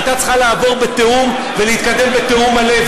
הייתה צריכה לעבור בתיאום ולהתקדם בתיאום מלא,